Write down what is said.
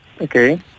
Okay